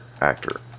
Actor